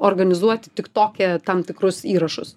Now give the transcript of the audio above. organizuoti tik toke tam tikrus įrašus